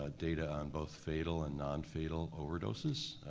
ah data on both fatal and non-fatal overdoses.